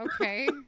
okay